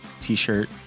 t-shirt